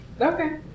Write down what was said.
Okay